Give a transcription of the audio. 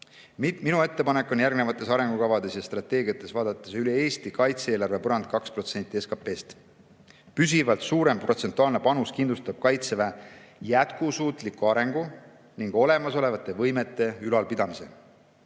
Minu ettepanek on järgnevates arengukavades ja strateegiates vaadata üle Eesti kaitse-eelarve põrand 2% SKP-st. Püsivalt suurem protsentuaalne panus kindlustab Kaitseväe jätkusuutliku arengu ning olemasolevate võimete ülalpidamise.